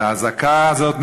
את האזעקה הזאת,